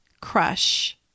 crush